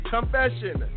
Confession